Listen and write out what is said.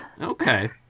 Okay